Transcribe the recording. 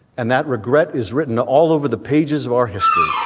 and that regret is written all over the pages of our history